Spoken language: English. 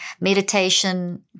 meditation